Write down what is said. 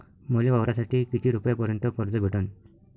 मले वावरासाठी किती रुपयापर्यंत कर्ज भेटन?